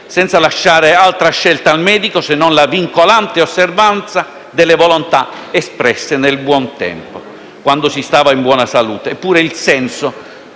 senza lasciare altra scelta al medico se non la vincolante osservanza delle volontà espresse nel buon tempo, quando si stava in buona salute.